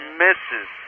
misses